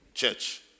church